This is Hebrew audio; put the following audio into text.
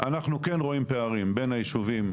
אנחנו כן רואים פערים בין הישובים,